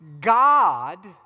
God